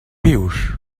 vius